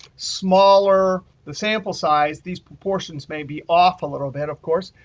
smaller the sample size. these proportions may be off a little bit, of course.